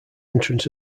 entrance